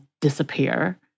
disappear